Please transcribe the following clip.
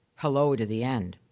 hello to the end.